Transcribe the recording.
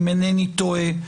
אם אינני טועה,